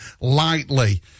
lightly